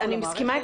אני מסכימה.